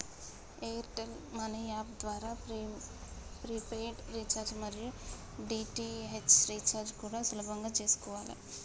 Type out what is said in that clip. air tell money app ద్వారా prepaid recharge మరియు DTH recharge కూడా సులభంగా చేసుకోవాలే